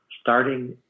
starting